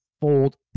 fold